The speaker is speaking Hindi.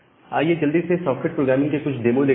आइए जल्दी से सॉकेट प्रोग्रामिंग के कुछ डेमो देखते हैं